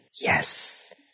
Yes